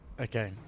Okay